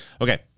Okay